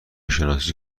شناسی